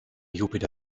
jupiter